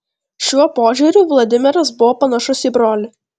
šiuo požiūriu vladimiras buvo panašus į brolį